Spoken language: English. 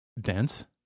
Dense